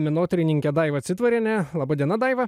menotyrininke daiva citvariene laba diena daiva